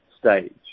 stage